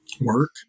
work